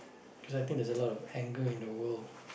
cause I think there's a lot of anger in the world